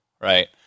right